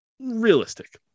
realistic